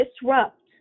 disrupt